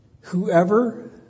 Whoever